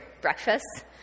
breakfast